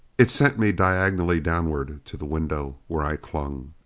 it sent me diagonally downward to the window, where i clung.